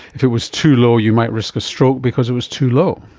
if it was too low you might risk a stroke because it was too low.